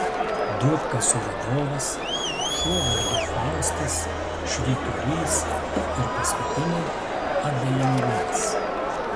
duobkasio vadovas šuo vardu faustas švyturys ir paskutinė abejingumas